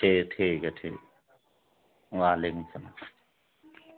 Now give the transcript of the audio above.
جی ٹھیک ہے ٹھیک وعلیکم السلام